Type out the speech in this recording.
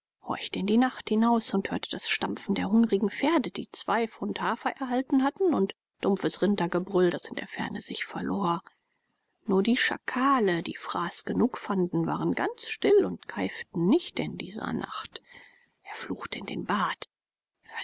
horchte in die nacht hinaus und hörte das stampfen der hungrigen pferde die zwei pfund hafer erhalten hatten und dumpfes rindergebrüll das in der ferne sich verlor nur die schakale die fraß genug fanden waren ganz still und keiften nicht in dieser nacht er fluchte in den bart